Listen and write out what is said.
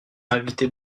invité